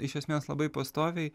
iš esmės labai pastoviai